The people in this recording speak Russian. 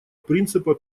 принципа